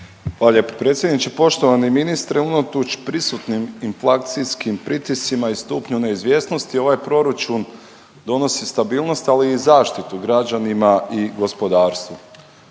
lijepo predsjedniče. Poštovani ministre, unatoč prisutnim inflacijskim pritiscima i stupnju neizvjesnosti ovaj proračun donosi stabilnost, ali i zaštitu građanima i gospodarstvu.